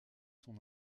son